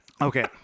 okay